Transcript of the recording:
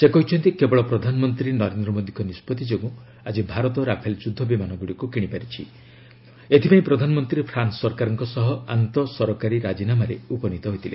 ସେ କହିଛନ୍ତି କେବଳ ପ୍ରଧାନମନ୍ତ୍ରୀ ନରେନ୍ଦ୍ର ମୋଦୀଙ୍କ ନିଷ୍କଭି ଯୋଗୁଁ ଆଳି ଭାରତ ରାଫେଲ୍ ଯୁଦ୍ଧ ବିମାନଗୁଡ଼ିକୁ କିଣିପାରିଛି ଏଥିପାଇଁ ପ୍ରଧାନମନ୍ତ୍ରୀ ଫ୍ରାନ୍ସ ସରକାରଙ୍କ ସହ ଆନ୍ତଃ ସରକାରୀ ରାଜିନାମାରେ ଉପନିତ ହୋଇଥିଲେ